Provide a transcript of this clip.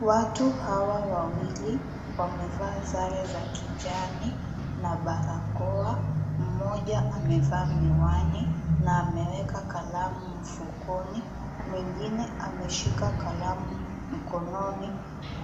Watu hawa wawili wamevaa sare za kijani na barakoa mmoja amevaa miwani na ameweka kalamu mfukoni, mwingine ameshika kalamu